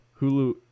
Hulu